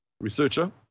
researcher